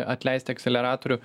atleisti akceleratorių